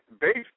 based